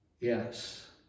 Yes